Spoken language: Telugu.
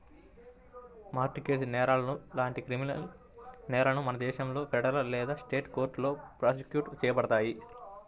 మార్ట్ గేజ్ నేరాలు లాంటి క్రిమినల్ నేరాలను మన దేశంలో ఫెడరల్ లేదా స్టేట్ కోర్టులో ప్రాసిక్యూట్ చేయబడతాయి